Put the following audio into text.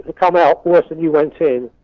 ah come out worse than you went in,